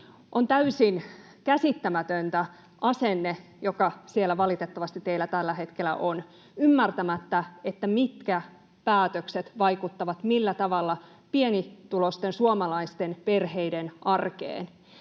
On täysin käsittämätön se asenne, joka siellä valitettavasti teillä tällä hetkellä on, että ei ymmärretä, mitkä päätökset vaikuttavat millä tavalla pienituloisten suomalaisten perheiden arkeen,